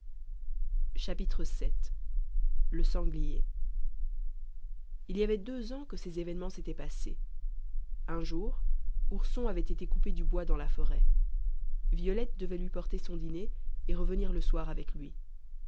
vii le sanglier il y avait deux ans que ces événements s'étaient passés un jour ourson avait été couper du bois dans la forêt violette devait lui porter son dîner et revenir le soir avec lui